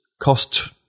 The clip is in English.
cost